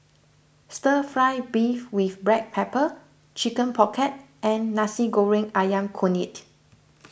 Stir Fry Beef with Black Pepper Chicken Pocket and Nasi Goreng Ayam Kunyit